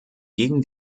gegen